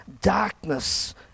darkness